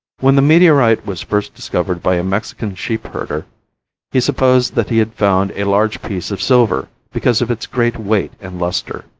when the meteorite was first discovered by a mexican sheep herder he supposed that he had found a large piece of silver, because of its great weight and luster,